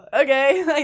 Okay